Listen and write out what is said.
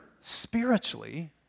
spiritually